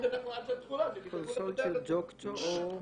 באופן עקרוני, המשמעות היא